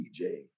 DJ